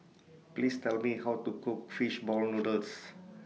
Please Tell Me How to Cook Fish Ball Noodles